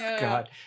God